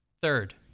Third